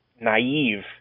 naive